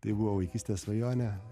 tai buvo vaikystės svajonė